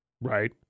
Right